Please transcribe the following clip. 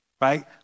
right